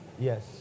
Yes